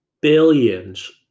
billions